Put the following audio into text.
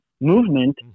movement